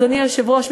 אדוני היושב-ראש,